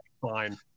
fine